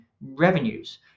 revenues